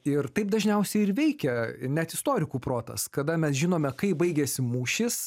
ir taip dažniausiai ir veikia net istorikų protas kada mes žinome kaip baigėsi mūšis